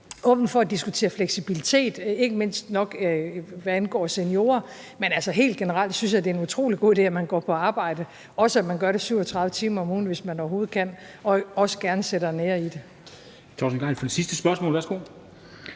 åben for at diskutere fleksibilitet, ikke mindst hvad angår seniorer. Men altså helt generelt synes jeg, at det er en utrolig god idé, at man går på arbejde, også at man gør det 37 timer om ugen, hvis man overhovedet kan – og også gerne sætter en ære i det.